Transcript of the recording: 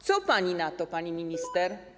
Co pani na to, pani minister?